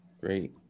great